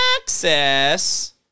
access